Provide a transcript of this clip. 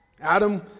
Adam